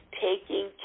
taking